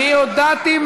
זו החלטה שלך.